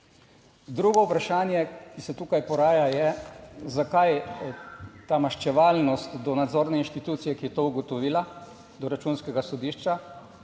Drugo vprašanje, ki se tukaj poraja je, zakaj ta maščevalnost do nadzorne inštitucije, ki je to ugotovila, do Računskega sodišča